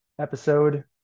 episode